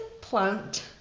plant